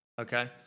Okay